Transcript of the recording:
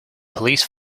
police